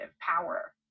power